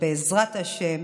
שבעזרת השם